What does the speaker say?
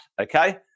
okay